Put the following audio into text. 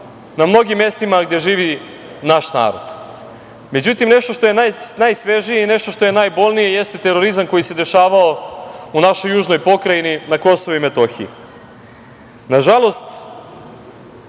na mnogim mestima gde živi naš narod. Međutim, nešto što je najsvežije i nešto što je najbolnije jeste terorizam koji se dešavao u našoj južnoj Pokrajini, na Kosovu i Metohiji. Nažalost,